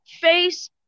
face